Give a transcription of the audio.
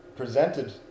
Presented